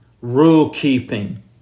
rule-keeping